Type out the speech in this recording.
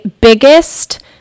biggest